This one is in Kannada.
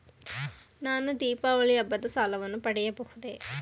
ನಾನು ದೀಪಾವಳಿ ಹಬ್ಬದ ಸಾಲವನ್ನು ಪಡೆಯಬಹುದೇ?